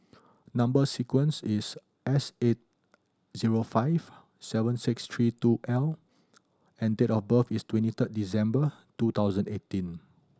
number sequence is S eight zero five seven six three two L and date of birth is twenty third December two thousand eighteen